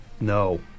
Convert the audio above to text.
No